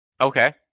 Okay